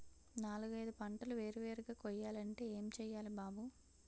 నాలుగైదు పంటలు వేరు వేరుగా కొయ్యాలంటే ఏం చెయ్యాలి బాబూ